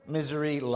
Misery